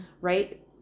right